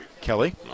Kelly